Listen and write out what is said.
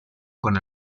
con